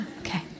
Okay